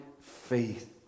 faith